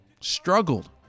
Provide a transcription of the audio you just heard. struggled